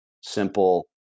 simple